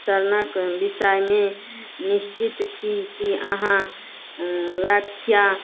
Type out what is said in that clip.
चरणक विषयमे निश्चित छी कि अहाँ व्याख्या